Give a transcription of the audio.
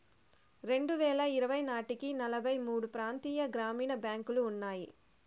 రెండువేల ఇరవై నాటికి నలభై మూడు ప్రాంతీయ గ్రామీణ బ్యాంకులు ఉన్నాయి